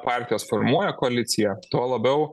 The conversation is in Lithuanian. partijos formuoja koaliciją tuo labiau